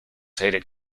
hated